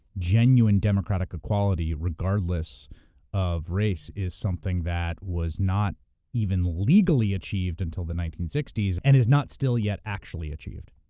genuine democratic equality, regardless of race, is something that was not even legally achieved until the nineteen sixty s, and is not still yet actually achieved.